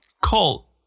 Colt